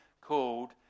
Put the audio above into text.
called